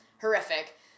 Horrific